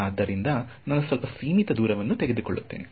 ಆದ್ದರಿಂದ ನಾನು ಸ್ವಲ್ಪ ಸೀಮಿತ ದೂರವನ್ನು ತೆಗೆದುಕೊಳ್ಳುತ್ತೇನೆ